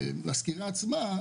לגבי הסקירה עצמה: